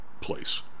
place